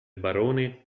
barone